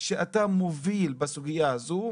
שאתה מוביל בסוגייה הזו.